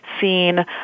seen